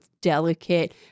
delicate